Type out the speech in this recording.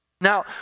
Now